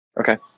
Okay